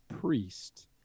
priest